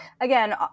Again